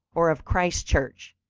or of christ church.